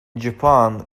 japan